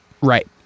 Right